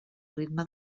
ritme